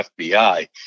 FBI